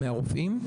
מהרופאים,